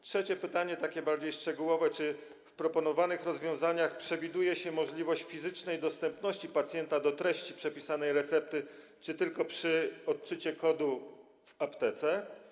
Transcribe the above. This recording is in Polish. Trzecie pytanie jest bardziej szczegółowe: Czy w proponowanych rozwiązaniach przewiduje się możliwość fizycznego dostępu pacjenta do treści przepisanej recepty, czy tylko przy odczycie kodu w aptece?